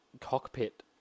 cockpit